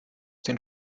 den